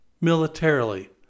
militarily